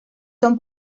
son